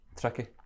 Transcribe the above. tricky